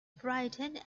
frightened